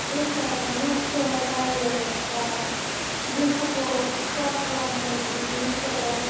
देहायाबो नस्थ' जायो बा देहाखौ खहा खालामो उदैनि प्रब्लेम